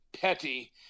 Petty